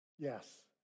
Yes